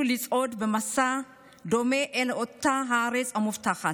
לצעוד במסע דומה אל אותה הארץ המובטחת.